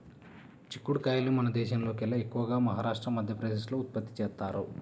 చిక్కుడు కాయల్ని మన దేశంలోకెల్లా ఎక్కువగా మహారాష్ట్ర, మధ్యప్రదేశ్ లో ఉత్పత్తి చేత్తారు